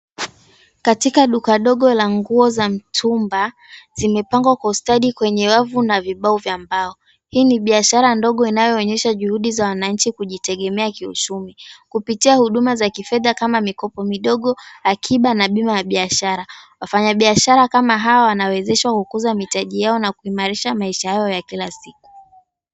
Katika duka dogo la nguo za mtumba, zimepangwa kwa ustadi kwenye wavu na vibao vya mbao. Hii ni biashara ndogo inayoonyesha juhudi za wananchi kujitegemea kiuchumi kupitia huduma za kifedha kama mikopo midogo, akiba na bima ya biashara. Wafanya biashara kama hawa wanawezeshwa kukuza mitaji yao na kuimarisha maisha yao ya kila siku.